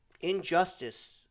injustice